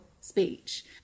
speech